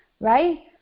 right